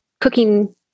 cooking